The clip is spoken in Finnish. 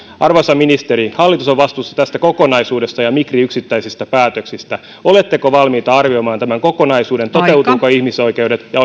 arvoisa ministeri hallitus on vastuussa tästä kokonaisuudesta ja migri yksittäisistä päätöksistä oletteko valmiita arvioimaan tämän kokonaisuuden toteutuvatko ihmisoikeudet ja